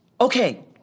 Okay